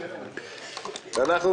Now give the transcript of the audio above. עליך, חבר הכנסת גפני.